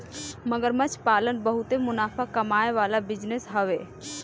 मगरमच्छ पालन बहुते मुनाफा कमाए वाला बिजनेस हवे